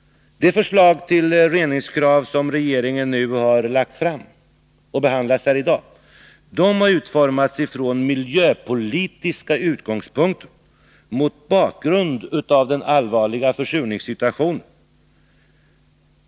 Förslaget om reningsgrad som regeringen nu har lagt fram och som behandlas här i dag har utformats med miljöpolitiska utgångspunkter mot bakgrund av den allvarliga försurningssituationen.